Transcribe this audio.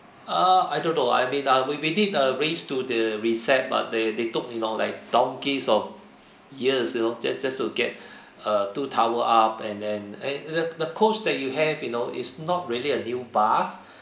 uh I don't know I mean ah we we did uh raise to the recept but they they took you know like donkeys of years you know just just to get uh two towel up and then uh the the coach that you have you know it's not really a new bus